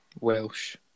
Welsh